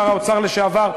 שר האוצר לשעבר,